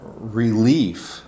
relief